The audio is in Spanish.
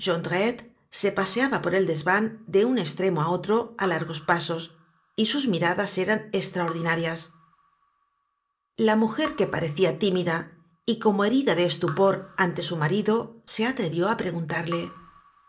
se paseaba por el desvan de un estremo á otro á largos pasos y sus miradas eran estraordinarias la mujer que parecia tímida y como herida de estupor ante su marido se atrevió á preguntarle